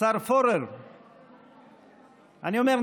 אני אומר,